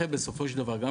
בסופו של דבר הקו המנחה,